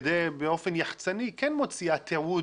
באופן יחצני היא כן מוציאה תיעוד,